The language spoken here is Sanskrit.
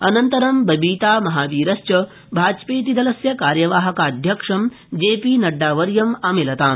अनन्तरम् बबीता महावीरश्च भाजपेतिदलस्य कार्यवाहकाध्यक्षं जेपीनड्डा वर्यम् अमिलताम्